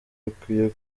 rukwiye